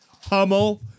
Hummel